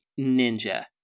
Ninja